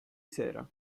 sera